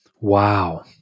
Wow